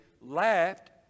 laughed